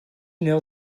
know